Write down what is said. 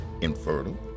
infertile